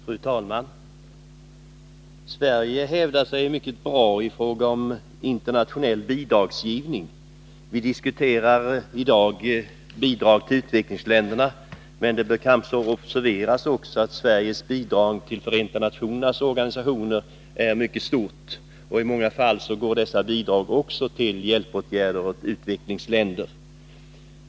Fru talman! Sverige hävdar sig mycket bra i fråga om internationell bidragsgivning. Vi diskuterar i dag bidrag till u-länderna, men det bör också observeras att Sveriges bidrag till Förenta nationernas organisationer är mycket stora. I många fall går dessa bidrag också till hjälpåtgärder för utvecklingsländer.